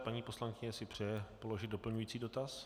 Paní poslankyně si přeje položit doplňující dotaz.